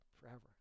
forever